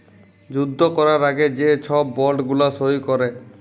যুদ্ধ ক্যরার আগে যে ছব বল্ড গুলা সই ক্যরে